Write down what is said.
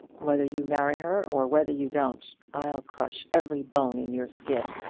whether you marry her or whether you don't, i'll crush every bone in your skin.